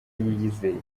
yiyizeye